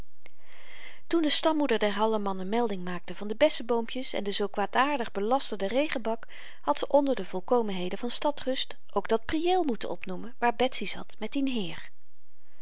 toen de stammoeder der hallemannen melding maakte van de bessenboompjes en den zoo kwaadaardig belasterden regenbak had ze onder de volkomenheden van stad rust ook dat prieel moeten opnoemen waar betsy zat met dien heer